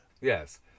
Yes